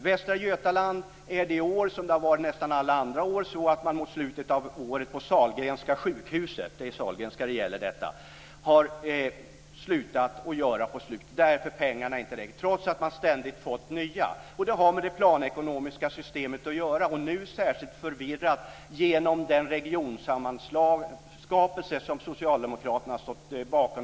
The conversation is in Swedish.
I Västra Götaland har man i år, liksom nästan alla andra år, mot slutet av året på Sahlgrenska sjukhuset - för det är Sahlgrenska detta gäller - slutat operera eftersom pengarna inte räcker, trots att man ständigt fått nya. Det har med det planekonomiska systemet att göra. Nu är det särskilt förvirrat genom den sammanslagna regionskapelse som socialdemokraterna har stått bakom.